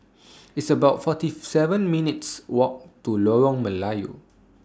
It's about forty seven minutes' Walk to Lorong Melayu